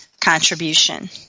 contribution